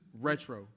Retro